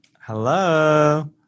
Hello